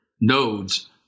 nodes